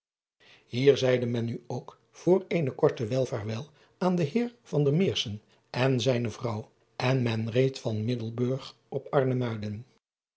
ier zeide men nu ook voor eene korte wijl vaarwel aan den eer en zijne vrouw en men reed van iddelburg op rnemuiden e